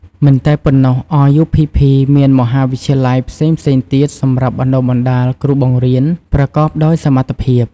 មិនតែប៉ុណ្ណោះRUPPមានមហាវិទ្យាល័យផ្សេងៗទៀតសម្រាប់បណ្តុះបណ្តាលគ្រូបង្រៀនប្រកបដោយសមត្ថភាព។